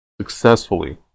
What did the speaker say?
successfully